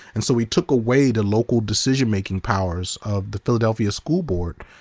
and so we took away the local decision-making powers of the philadelphia school board,